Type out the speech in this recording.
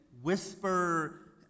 Whisper